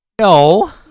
No